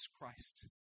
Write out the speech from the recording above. Christ